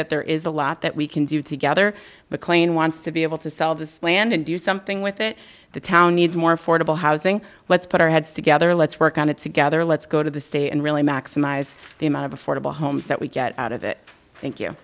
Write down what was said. that there is a lot that we can do together mclean wants to be able to sell this plan and do something with it the town needs more affordable housing let's put our heads together let's work on it together let's go to the state and really maximize the amount of affordable homes that we get out of it thank you